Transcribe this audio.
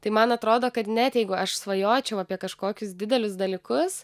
tai man atrodo kad net jeigu aš svajočiau apie kažkokius didelius dalykus